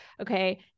okay